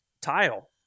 tile